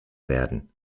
werden